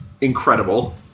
incredible